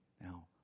now